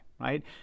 right